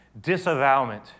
disavowment